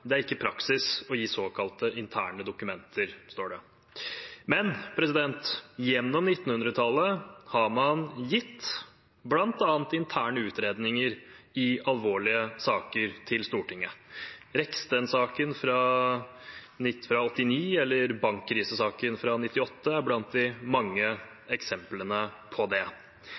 Det er ikke praksis å gi såkalt interne dokumenter, står det. Men gjennom 1900-tallet har man gitt bl.a. interne utredninger i alvorlige saker til Stortinget. Reksten-saken fra 1989 og bankkrisesaken fra 1998 er blant de mange eksemplene på det.